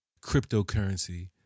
cryptocurrency